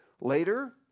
Later